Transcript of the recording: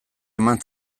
eman